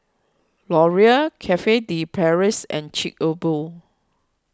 Laurier Cafe De Paris and Chic A Boo